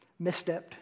misstepped